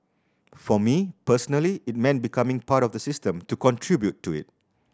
for me personally it meant becoming part of the system to contribute to it